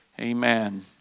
Amen